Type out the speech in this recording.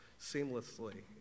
seamlessly